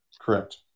correct